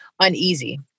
uneasy